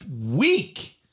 week